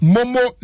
Momo